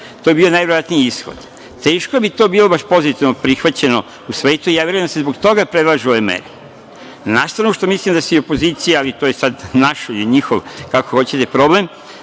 To bi bio najverovatniji ishod. Teško bi to bilo pozitivno prihvaćeno u svetu i verujem da se zbog toga predlažu ove mere, a na stranu što mislim da je i opozicija, ali to je sad naš ili njihov, kako hoćete, problem,